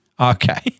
Okay